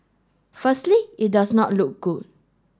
firstly it does not look good